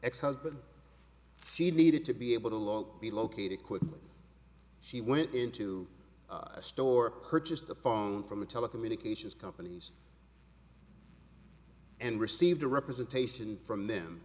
ex husband she needed to be able to long be located quickly she went into a store purchased the phone from a telecommunications companies and received a representation from them